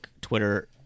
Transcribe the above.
Twitter